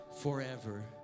forever